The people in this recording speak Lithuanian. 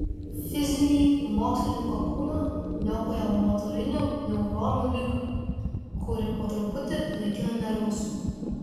fizinį mokslininko kūną niokoja motorinių neuronų liga kuri po truputį naikina nervus